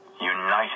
united